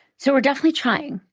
so we're definitely trying.